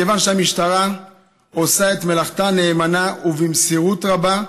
מכיוון שהמשטרה עושה את מלאכתה נאמנה ובמסירות רבה,